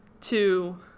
to-